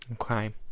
Okay